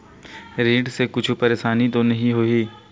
ऋण से कुछु परेशानी तो नहीं होही?